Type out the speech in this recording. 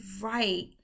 right